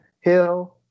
Hill